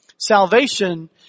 Salvation